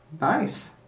Nice